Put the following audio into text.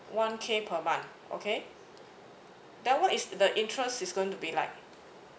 one K per month okay then what's the interest is going to be like